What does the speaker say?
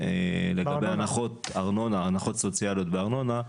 לגבי הנחות סוציאליות בארנונה.